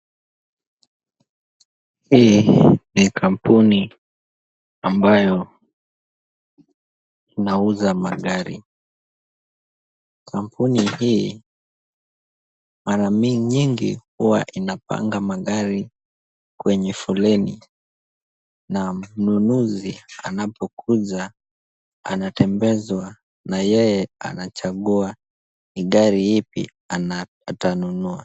Hii ni kampuni ambayo inauza magari. Kampuni hii, mara mingi nyingi, huwa inapanga magari kwenye foleni na mnunuzi anapokuja, anatembezwa na yeye anachagua ni gari ipi atanunua.